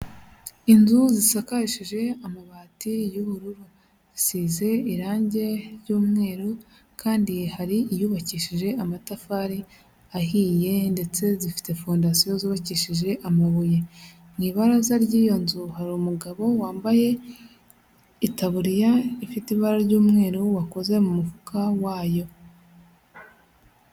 Inzu zisakarishije amabati y'ubururu, zisize irangi ry'umweru kandi hari iyubakishije amatafari ahiye ndetse zifite fondasiyo zubakishije amabuye. Mu ibaraza ry'iyo nzu hari umugabo wambaye itaburiya ifite ibara ry'umweru wakoze mu mufuka wayo.